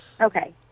Okay